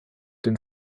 den